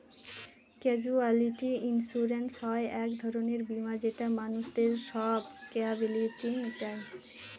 casualty insurance হয় এক ধরনের বীমা যেটা মানুষদের সব লায়াবিলিটি মিটায়